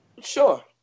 Sure